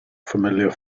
familiar